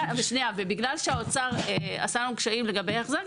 בגלל שהאוצר עשה לנו קשיים לגבי ההחזר,